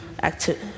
active